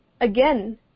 again